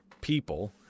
people